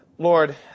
Lord